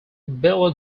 bella